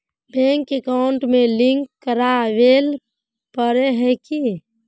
Bank account में link करावेल पारे है की?